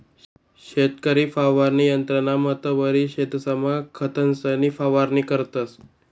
शेतकरी फवारणी यंत्रना मदतवरी शेतसमा खतंसनी फवारणी करतंस